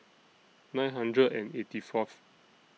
nine hundred and eighty Fourth